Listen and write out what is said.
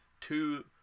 two